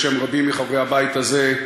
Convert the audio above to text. בשם רבים מחברי הבית הזה,